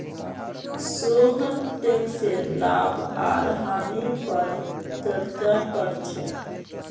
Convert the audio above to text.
सोहन टैकसेर लाभ आर हानि पर चर्चा कर छेक